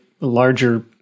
larger